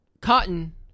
Cotton